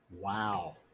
Wow